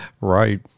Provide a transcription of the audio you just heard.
Right